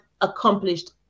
accomplished